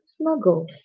smuggle